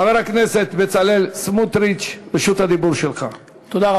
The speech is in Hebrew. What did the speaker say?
של חבר הכנסת בצלאל סמוטריץ וקבוצת חברי